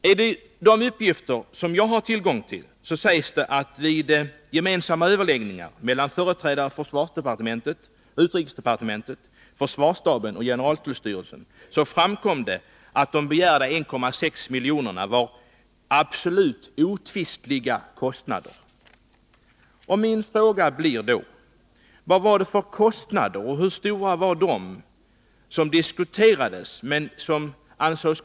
Enligt uppgifter som jag har tillgång till sades det vid gemensamma överläggningar mellan företrädare för försvarsdepartementet, utrikesdepartementet, försvarsstaben och generaltullstyrelsen att begärda 1,6 milj.kr. var absolut oomtvistliga kostnader. Min fråga blir då: Vilka av de kostnader som diskuterades ansågs vara ”omtvistliga” och hur stora var de?